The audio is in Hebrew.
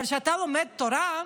אבל כשאתה לומד תורה,